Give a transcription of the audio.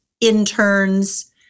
interns